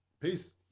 Peace